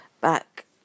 back